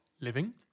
living